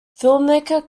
filmmaker